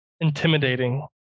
intimidating